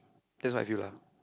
that's what I feel lah